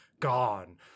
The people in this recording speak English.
gone